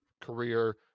career